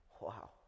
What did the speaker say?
Wow